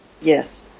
yes